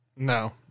No